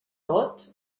tot